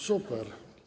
Super.